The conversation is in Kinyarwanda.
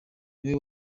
niwe